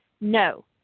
No